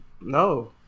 no